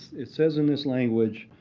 it says in this language,